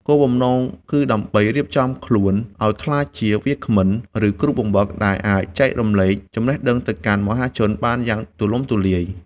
គោលបំណងគឺដើម្បីរៀបចំខ្លួនឱ្យក្លាយជាវាគ្មិន ឬគ្រូបង្វឹក ដែលអាចចែករំលែកចំណេះដឹងទៅកាន់មហាជនបានយ៉ាងទូលំទូលាយ។